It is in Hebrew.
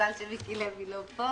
מזל שמיקי לוי לא פה.